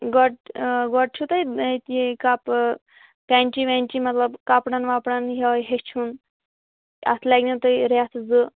گۄڈٕ گۄڈٕ چھُ تۄہہِ کَپہٕ کٮ۪نچی وٮ۪نچی مطلب کَپڑَن وَپڑَن یہوے ہیٚچھُن اَتھ لَگہِ نو تۄہہِ رٮ۪تھ زٕ